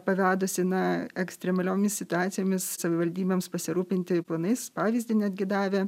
pavedusi na ekstremaliomis situacijomis savivaldybėms pasirūpinti planais pavyzdį netgi davė